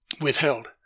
withheld